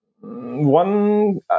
one